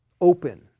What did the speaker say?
open